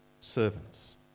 servants